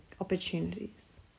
opportunities